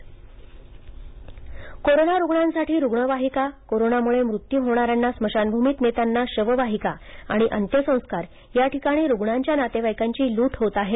फसवण्क प्णे कोरोना रुग्णांसाठी रुग्णवाहिका कोरोनामुळे मृत्यू होणाऱ्यांना स्मशानभूमीत नेताना शववाहिका आणि अंत्यसंस्कार या ठिकाणी रुग्णांच्या नतेवाईकांची लूट होत आहे